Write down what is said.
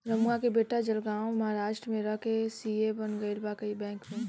रमुआ के बेटा जलगांव महाराष्ट्र में रह के सी.ए बन गईल बा बैंक में